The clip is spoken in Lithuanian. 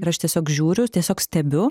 ir aš tiesiog žiūriu tiesiog stebiu